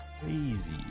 Crazy